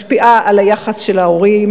משפיעה על היחס של ההורים,